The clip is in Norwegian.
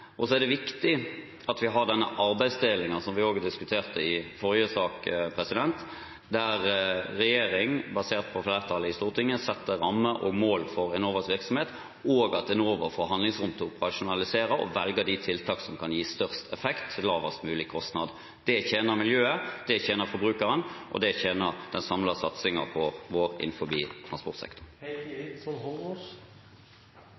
er viktig at vi har en arbeidsdeling – som vi også diskuterte i forrige sak – der regjeringen, basert på flertallet i Stortinget, setter rammer og mål for Enovas virksomhet, og at Enova får handlingsrom til å operasjonalisere og velge de tiltakene som kan gi størst effekt til lavest mulig kostnad. Det tjener miljøet, det tjener forbrukeren, og det tjener den samlede satsingen vår innenfor transportsektoren.